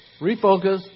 Refocus